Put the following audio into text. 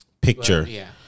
picture